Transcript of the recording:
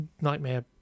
nightmare